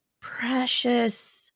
precious